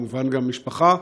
וכמובן גם משפחה,